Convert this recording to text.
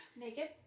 Naked